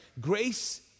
grace